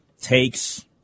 takes